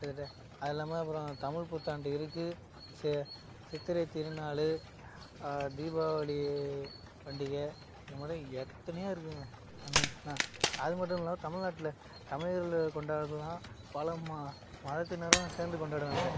கிட்டத்தட்ட அதெல்லாமே அப்புறம் தமிழ் புத்தாண்டு இருக்கு செ சித்திரை திருநாள் தீபாவளி பண்டிகை இது மாதிரி எத்தனையோ இருக்குங்க என்ன அது மட்டும் இல்லாமல் தமிழ் நாட்டில் தமிழர்கள் கொண்டாடுலாம் பல ம மதத்தினரும் சேர்ந்து கொண்டாடுவாங்க